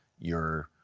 your